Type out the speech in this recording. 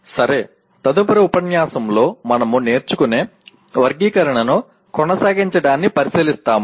సరే తదుపరి ఉపన్యాసం లో మనము నేర్చుకునే వర్గీకరణను కొనసాగించడాన్ని పరిశీలిస్తాము